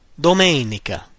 Domenica